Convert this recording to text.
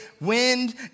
wind